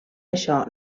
això